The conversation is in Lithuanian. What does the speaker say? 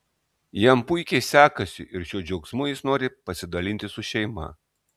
jam puikiai sekasi ir šiuo džiaugsmu jis nori pasidalinti su šeima